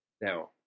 Now